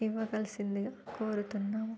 ఇవ్వవలసిందిగా కోరుతున్నాము